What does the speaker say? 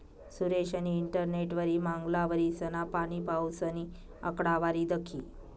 सुरेशनी इंटरनेटवरी मांगला वरीसना पाणीपाऊसनी आकडावारी दखी